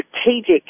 strategic